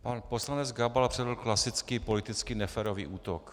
Pan poslanec Gabal předvedl klasický politický neférový útok.